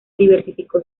diversificó